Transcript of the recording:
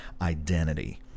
identity